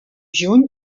juny